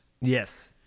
yes